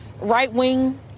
right-wing